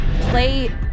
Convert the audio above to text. Play